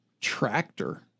tractor